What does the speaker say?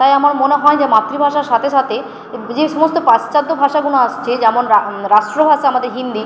তাই আমার মনে হয় যে মাতৃভাষার সাথে সাথে যে সমস্ত পাশ্চাত্য ভাষাগুলো আসছে যেমন রাষ্ট্রভাষা আমাদের হিন্দি